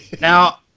Now